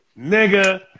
Nigga